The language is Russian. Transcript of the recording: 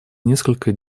несколько